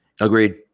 Agreed